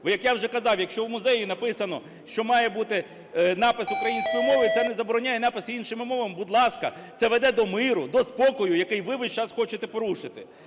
Бо як я вже казав, якщо у музеї написано, що має бути напис українською мовою, це не забороняє напис іншими мовами. Будь ласка. Це веде до миру, до спокою, який ви весь час хочете порушити.